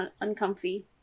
uncomfy